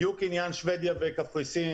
בדיוק עניין שוודיה וקפריסין